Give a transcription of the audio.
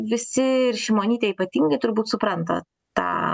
visi ir šimonytė ypatingai turbūt supranta tą